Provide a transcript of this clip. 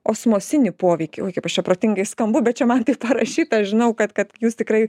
osmosinį poveikį ui kaip aš ča protingai skambu bet čia man taip parašyta žinau kad kad jūs tikrai